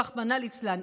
רחמנא ליצלן.